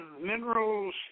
minerals